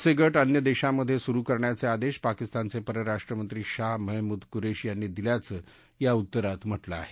असे गट अन्य देशांमध्ये सुरु करण्याचे आदेश पाकिस्तानचे परराष्ट्रमंत्री शाह महमूद कुरेशी यांनी दिल्याचं या उत्तरात म्हटलं आहे